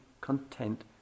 content